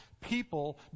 people